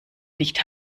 nicht